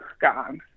gone